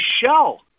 shell